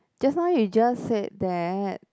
just now you just said that